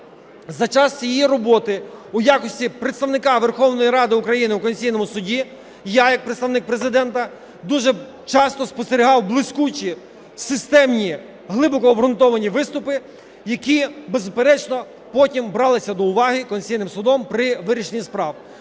За час її роботи у якості представника Верховної Ради України у Конституційному Суді я як представник Президента дуже часто спостерігав блискучі, системні, глибоко обґрунтовані виступи, які беззаперечно потім бралися до уваги Конституційним Судом при вирішенні справ.